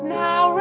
now